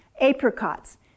Apricots